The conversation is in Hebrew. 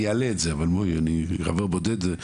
אני אעלה את זה, אבל אני חבר בודד,